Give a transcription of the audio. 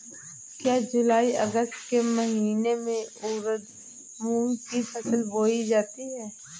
क्या जूलाई अगस्त के महीने में उर्द मूंग की फसल बोई जाती है?